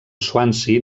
swansea